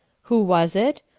who was it?